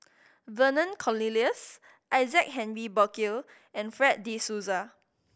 Vernon Cornelius Isaac Henry Burkill and Fred De Souza